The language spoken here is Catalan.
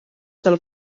del